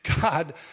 God